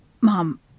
Mom